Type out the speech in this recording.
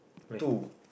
two